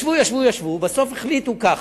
ישבו, ישבו, ישבו, בסוף החליטו כך,